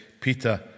Peter